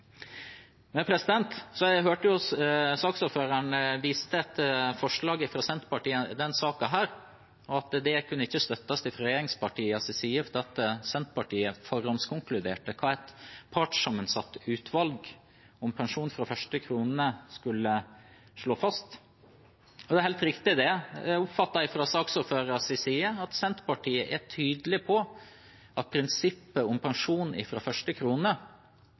Jeg hørte saksordføreren vise til et forslag fra Senterpartiet i denne saken, og at det ikke kunne støttes fra regjeringspartienes side fordi Senterpartiet forhåndskonkluderte med hva et partssammensatt utvalg om pensjon fra første krone skulle slå fast. Og det er helt riktig det. Jeg oppfattet fra saksordførerens side at Senterpartiet er tydelig på at prinsippet om pensjon fra første krone